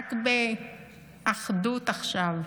רק ב"אחדות עכשיו"?